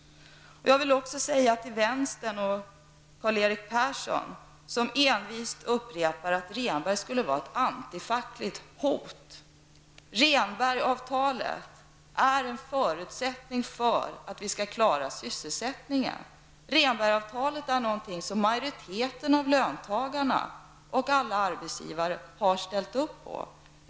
Jag vill också säga till vänsterpartiet och Karl-Erik Persson, som envist upprepar att Rehnberg skulle vara ett antifackligt hot, att Rehnbergsavtalet är en förutsättning för att vi skall klara sysselsättningen. Rehnbergsavtalet är någonting som majoriteten av löntagarna och alla arbetsgivare har ställt upp på.